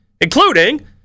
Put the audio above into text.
including